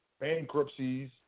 bankruptcies